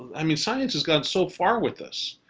i mean science has gone so far with this.